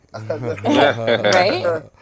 Right